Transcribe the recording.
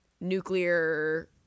nuclear